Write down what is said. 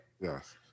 Yes